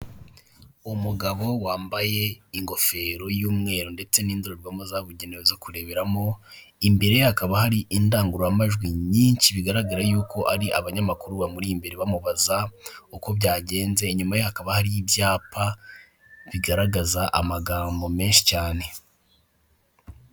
Umugabo wambaye ingofero y'umweru ndetse n'indorerwamo zabugenewe zo kureberamo imbere hakaba hari indangururamajwi nyinshi bigaragara y'uko ari abanyamakuru bamuri imbere bamubaza uko byagenze nyuma hakaba hari ibyapa bigaragaza amagambo menshi cyane.